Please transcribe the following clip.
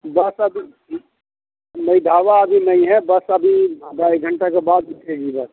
بس ابھی نہیں ڈھابہ ابھی نہیں ہے بس ابھی ڈھائی گھنٹہ کے بعد رکے گی بس